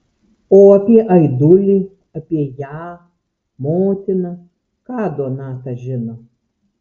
o apie aidulį apie ją motiną ką donata žino